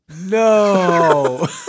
No